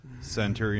Center